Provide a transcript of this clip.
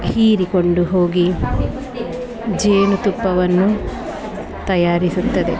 ಹೀರಿಕೊಂಡು ಹೋಗಿ ಜೇನುತುಪ್ಪವನ್ನು ತಯಾರಿಸುತ್ತದೆ